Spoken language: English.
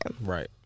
Right